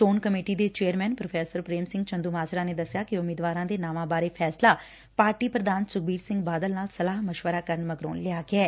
ਚੋਣ ਕਮੇਟੀ ਦੇ chairman professor Prem Singh Chandumajra ਨੇ ਦਸਿਆ ਕਿ ਉਮੀਦਵਾਰਾਂ ਦੇ ਨਾਵਾਂ ਬਾਰੇ ਫੈਸਲਾ ਪਾਰਟੀ ਪ੍ਰਧਾਨ ਸੁਖਬੀਰ ਸਿੰਘ ਬਾਦਲ ਨਾਲ ਸਲਾਹ ਮਸ਼ਵਰਾ ਕਰਨ ਮਗਰੋਂ ਲਿਆ ਗਿਐ